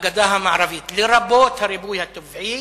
בגדה המערבית, לרבות הריבוי הטבעי,